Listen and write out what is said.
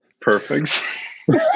Perfect